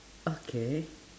okay